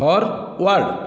forward